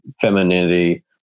femininity